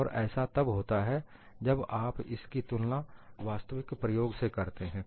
और ऐसा तब लगता है जब आप इसकी तुलना वास्तविक प्रयोग से करते हैं